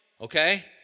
Okay